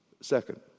Second